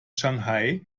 shanghai